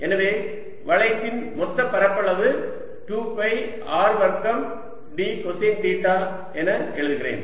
எனவே வளையத்தின் மொத்த பரப்பளவு 2 பை R வர்க்கம் d கொசைன் தீட்டா என எழுதுகிறேன்